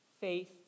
faith